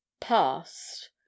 past